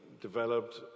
developed